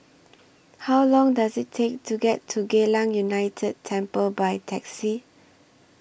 How Long Does IT Take to get to Geylang United Temple By Taxi